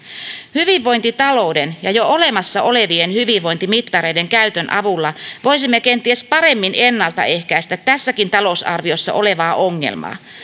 hyvinvointitalouden ja jo olemassa olevien hyvinvointimittareiden käytön avulla voisimme kenties paremmin ennaltaehkäistä tässäkin talousarviossa olevaa ongelmaa